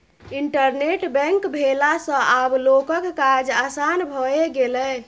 internet bank भेला सँ आब लोकक काज आसान भए गेलै